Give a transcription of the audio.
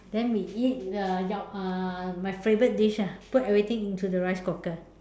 then we eat the Yao uh my favorite dish ah put everything into the rice cooker